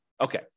Okay